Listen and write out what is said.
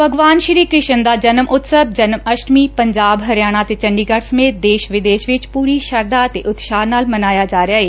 ਭਗਵਾਨ ਸ੍ਰੀ ਕ੍ਰਿਸ਼ਨ ਦਾ ਜਨਮ ਉਤਸਵ ਜਨਮ ਅਸ਼ਟਮੀ ਪੰਜਾਬ ਹਰਿਆਣਾ ਤੇ ਚੰਡੀਗੜ ਸਮੇਤ ਦੇਸ਼ ਵਿਦੇਸ਼ ਵਿਚ ਪੁਰੀ ਸ਼ਰਧਾ ਅਤੇ ਉਤਸਾਹ ਨਾਲ ਮਨਾਇਆ ਜਾ ਰਿਹੈ